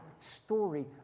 story